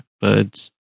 birds